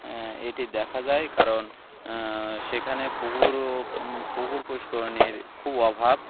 এটি দেখা যায় কারণ সেখানে পুকুর পুকুর পুষ্করিণীর খুব অভাব